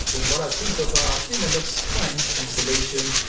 what i've seen so far, athena looks quite interesting solution,